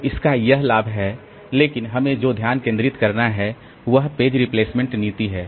तो इसका यह लाभ है लेकिन हमें जो ध्यान केंद्रित करना है वह पेज रिप्लेसमेंट नीति है